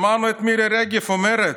שמענו את מירי רגב אומרת: